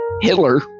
Hitler